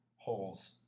holes